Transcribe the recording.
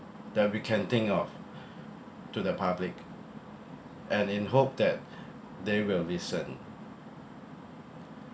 that we can think of to the public and in hope that they will listen